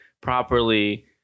properly